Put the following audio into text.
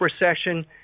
recession